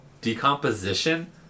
decomposition